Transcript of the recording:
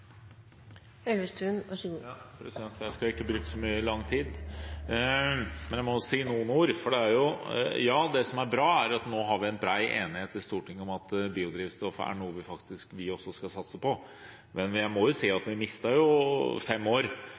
Jeg skal ikke bruke så lang tid, men jeg må si noen ord. Det som er bra, er at vi nå har en bred enighet i Stortinget om at biodrivstoff faktisk er noe vi også skal satse på. Men jeg må jo si at vi mistet fem år,